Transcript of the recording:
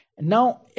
Now